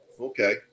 Okay